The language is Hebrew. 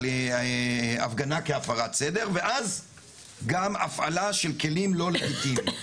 הפגנה כהפרת סדר ואז גם הפעלה של כלים לא לגיטימיים.